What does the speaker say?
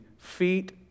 feet